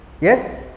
Yes